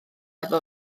efo